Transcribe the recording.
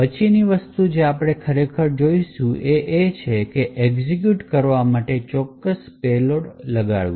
પછીની વસ્તુ જે આપણે ખરેખર જોશું તે છે એક્ઝેક્યુટ કરવા માટે ચોક્કસ પેલોડ લગાડવું